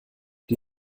die